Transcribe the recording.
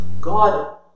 God